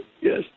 Yes